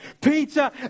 Peter